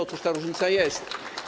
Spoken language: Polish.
Otóż ta różnica jest.